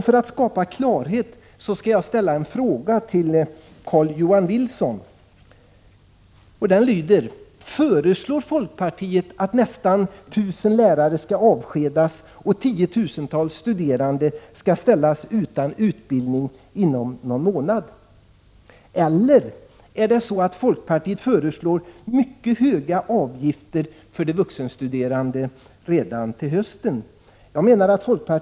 För att skapa klarhet skall jag ställa en fråga till Carl-Johan Wilson: Föreslår folkpartiet att nästan 1 000 lärare skall avskedas och tiotusentals studerande skall ställas utan utbildning inom någon månad, eller föreslår folkpartiet mycket höga avgifter för de vuxenstuderande redan till hösten?